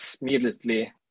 immediately